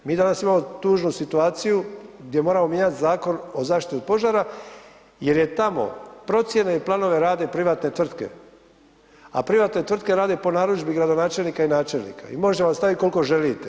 Mi danas imamo tužnu situaciju gdje moramo mijenjat Zakon o zaštiti od požara jer je tamo procjene i planove rade privatne tvrtke, a privatne tvrtke rade po narudžbi gradonačelnika i načelnika i može vas stavit koliko želite.